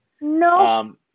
No